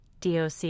DOC